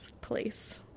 place